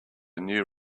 new